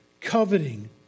coveting